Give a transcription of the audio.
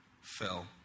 fell